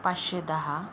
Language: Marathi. पाचशे दहा